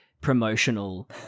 promotional